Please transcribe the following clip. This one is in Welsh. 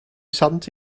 sant